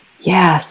Yes